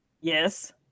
Yes